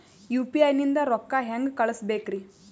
UPI ನಿಂದ ರೊಕ್ಕ ಹೆಂಗ ಕಳಸಬೇಕ್ರಿ?